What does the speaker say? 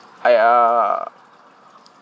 I uh